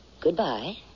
goodbye